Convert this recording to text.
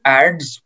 ads